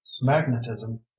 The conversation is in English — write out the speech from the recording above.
magnetism